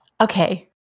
Okay